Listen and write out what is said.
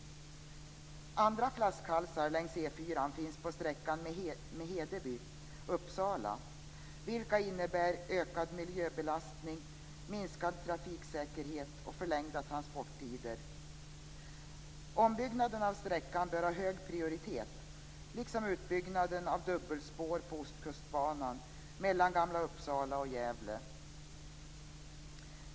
Andra flaskhalsar längs E 4:an finns på sträckan Hedeby-Uppsala. De innebär ökad miljöbelastning, minskad trafiksäkerhet och förlängda transporttider. Ombyggnaden av sträckan bör ha hög prioritet liksom utbyggnaden av dubbelspår på Ostkustbanan mellan Gamla Uppsala och Gävle.